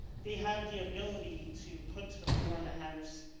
they have the ability to put to the floor and house